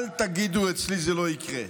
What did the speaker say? אצלי זה לא יקרה,